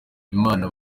imana